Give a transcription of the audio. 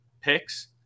picks